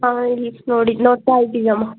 ಹಾಂ ಇಲ್ಲಿ ನೋಡಿ ನೋಡ್ತಾ ಇದ್ದೀವಿ ಅಮ್ಮ